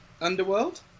Underworld